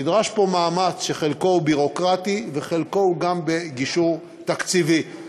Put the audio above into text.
נדרש פה מאמץ שחלקו ביורוקרטי וחלקו בגישור תקציבי,